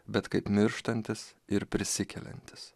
bet kaip mirštantis ir prisikeliantis